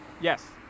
Yes